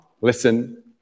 listen